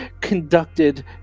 conducted